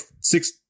six